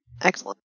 Excellent